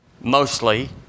mostly